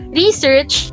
research